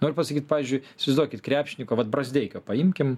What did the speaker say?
noriu pasakyt pavyzdžiui įsivaizduokit krepšininko vat brazdeikio paimkim